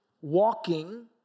walking